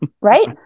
Right